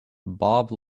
bob